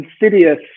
insidious